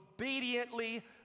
obediently